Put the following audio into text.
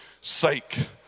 sake